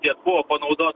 tiek buvo panaudotas